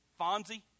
Fonzie